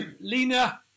Lena